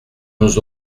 nous